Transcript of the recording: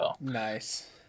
nice